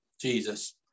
Jesus